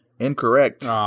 Incorrect